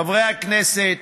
חברי הכנסת,